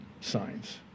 signs